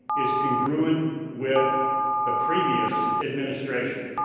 is congruent with the previous administration.